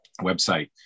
website